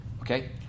Okay